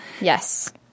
Yes